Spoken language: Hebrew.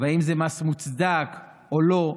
והאם זה מס מוצדק או לא.